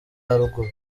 haruguru